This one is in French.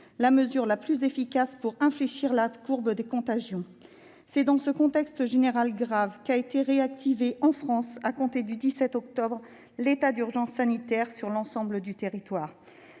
la mesure la plus efficace pour infléchir la courbe des contagions ». C'est dans ce contexte général grave qu'a été réactivé en France, à compter du 17 octobre, l'état d'urgence sanitaire sur l'ensemble du territoire.